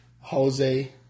Jose